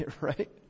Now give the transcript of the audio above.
right